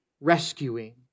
rescuing